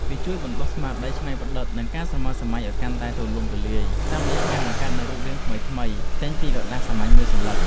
វាជួយបណ្ដុះស្មារតីច្នៃប្រឌិត និងការស្រមើស្រមៃឱ្យកាន់តែទូលំទូលាយ តាមរយៈការបង្កើតនូវរូបរាងថ្មីៗចេញពីក្រដាសសាមញ្ញមួយសន្លឹក។